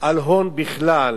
על הון בכלל,